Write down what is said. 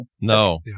No